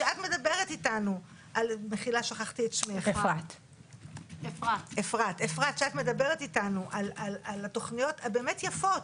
כשאת מדברת איתנו, אפרת, על התוכניות הבאמת יפות,